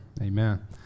Amen